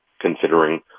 considering